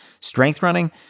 strengthrunning